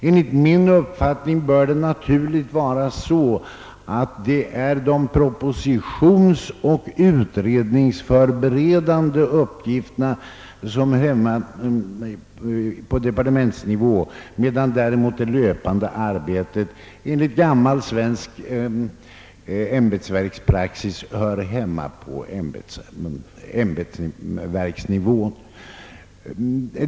Enligt min uppfattning bör det naturliga vara, att det är de propositionsoch = utredningsförberedande uppgifterna som hör hemma på departementsnivå, medan det löpande arbetet enligt gammal svensk ämbetspraxis hör hemma på ämbetsverksnivå.